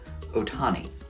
Otani